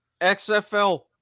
XFL